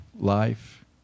life